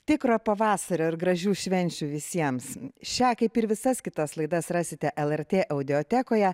tikro pavasario ir gražių švenčių visiems šią kaip ir visas kitas laidas rasite lrt audiotekoje